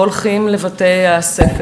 לא הולכים לבתי-הספר,